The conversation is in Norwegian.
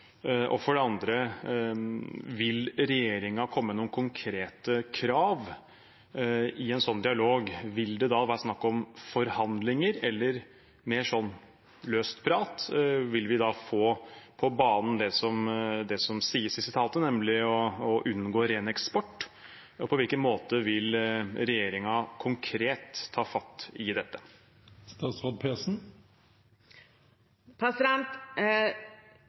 Og for det andre: Vil regjeringen komme med noen konkrete krav i en slik dialog? Vil det være snakk om forhandlinger eller mer løst prat? Vil vi få på banen det som det som sies i sitatet, nemlig å unngå ren eksport? Og på hvilken måte vil regjeringen konkret ta fatt i dette?